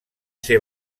ser